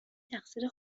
تقصیر